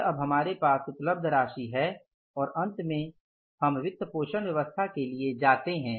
यह अब हमारे पास उपलब्ध राशि है और अंत में हम वित्तपोषण व्यवस्था के लिए जाते हैं